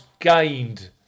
gained